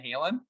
Halen